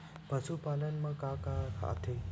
पशुपालन मा का का आथे?